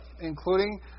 including